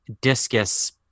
discus